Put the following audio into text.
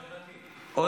חברתי --- תקפח אותי.